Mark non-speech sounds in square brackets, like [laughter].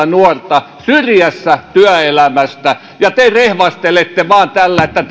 [unintelligible] nuorta syrjässä työelämästä ja te rehvastelette vain tällä että [unintelligible]